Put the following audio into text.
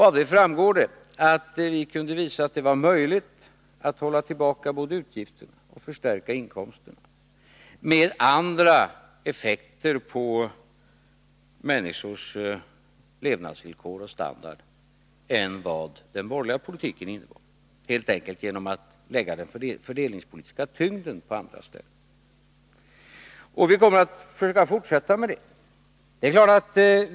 Av det framgår att vi kunde visa att det var möjligt både att hålla tillbaka utgifterna och att förstärka inkomsterna, med andra effekter på människornas levnadsvillkor och standard än vad den borgerliga politiken innebar — helt enkelt genom att lägga den fördelningspolitiska tyngden på andra ställen. Vi kommer att fortsätta med det.